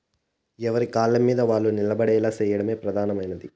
ఎవరి కాళ్ళమీద వాళ్ళు నిలబడేలా చేయడం ప్రధానమైనది